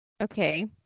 Okay